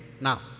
Now